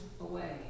away